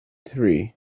three